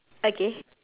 okay